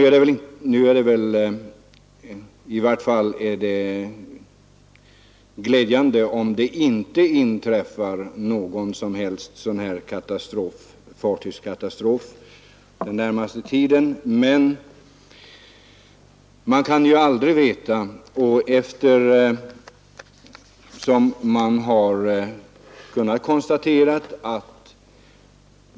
Det är ju glädjande om det inte inträffar någon som helst fartygskatastrof den närmaste tiden, men man kan aldrig veta.